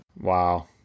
wow